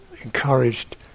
encouraged